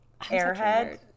airhead